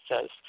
says